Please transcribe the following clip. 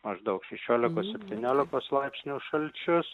maždaug šešiolikos septyniolikos laipsnių šalčius